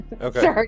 Okay